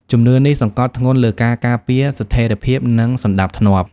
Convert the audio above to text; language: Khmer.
ជំនឿនេះសង្កត់ធ្ងន់លើការការពារ ស្ថិរភាព និងសណ្ដាប់ធ្នាប់។